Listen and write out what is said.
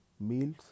meals